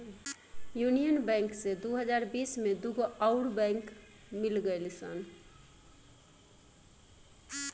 union bank से दू हज़ार बिस में दूगो अउर बैंक मिल गईल सन